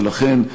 ולכן,